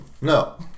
No